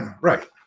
right